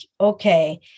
okay